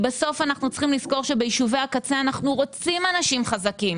אנחנו צריכים לזכור שביישובי הקצה אנחנו רוצים אנשים חזקים.